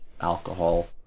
alcohol